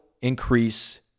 increase